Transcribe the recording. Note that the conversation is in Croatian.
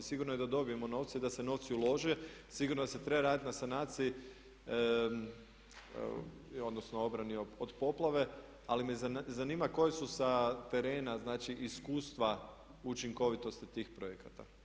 Sigurno je da dobijemo novce, da se novci ulože, sigurno se treba raditi na sanaciji odnosno obrani od poplave ali me zanima koja su sa terena znači iskustva učinkovitosti tih projekata.